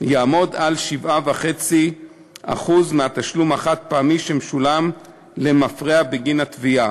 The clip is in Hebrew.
יהיה 7.5% מהתשלום החד-פעמי שמשולם למפרע בגין התביעה.